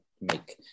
make